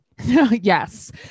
Yes